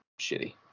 shitty